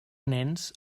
nens